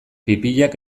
pipiak